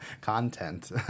content